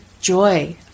joy